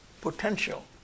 potential